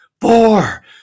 four